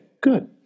good